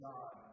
God